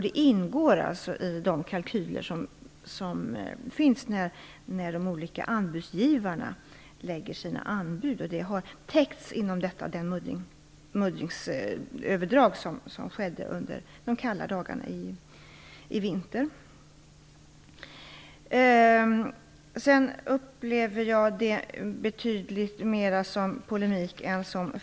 Det ingår alltså i de olika anbudsgivarnas kalkyler. Det muddringsöverdrag som skedde under de kalla dagarna i vinter har täckts in i kalkylerna. Resten upplevde jag som betydligt mer polemik än frågor.